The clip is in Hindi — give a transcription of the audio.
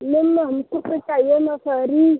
नहीं नहीं हमको तो चाहिए मसहरी